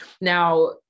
Now